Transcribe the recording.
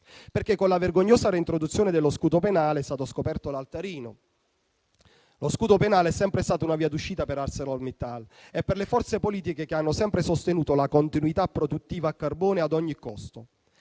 perché con la vergognosa reintroduzione dello scudo penale è stato scoperto l'altarino. Lo scudo penale è sempre stato una via d'uscita per ArcelorMittal e per le forze politiche che hanno sempre sostenuto la continuità produttiva a carbone ad ogni costo,